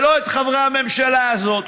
ולא את חברי הממשלה הזאת.